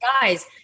guys